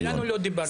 כולנו לא דיברנו.